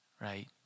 right